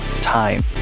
time